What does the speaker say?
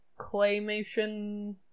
claymation